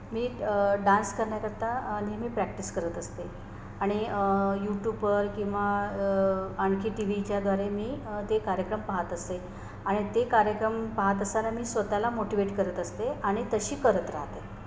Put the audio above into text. मी dance करण्याकरता नेहमी practice करत असते आणि यूटूबवर किंवा आणखी टी व्हीच्या द्वारे मी ते कार्यक्रम पाहत असे आणि ते कार्यक्रम पाहत असताना मी स्वतःला मोटिवेट करत असते आणि तशी करत राहते